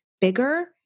bigger